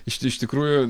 iš iš tikrųjų